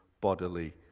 bodily